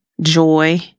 joy